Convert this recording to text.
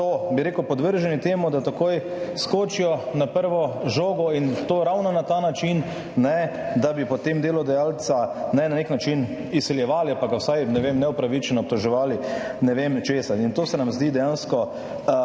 podvrženi temu, da takoj skočijo na prvo žogo, in to ravno na ta način, da bi potem delodajalca na nek način izsiljevali ali pa ga vsaj, ne vem, neupravičeno obtoževali ne vem česa. To se nam zdi dejansko